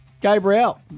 Gabriel